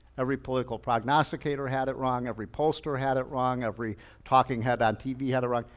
every political prognosticator had it wrong. every pollster had it wrong. every talking head on tv had it wrong.